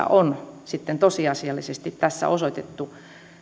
on tosiasiallisesti osoitettu